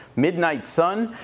midnight sun,